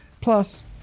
Plus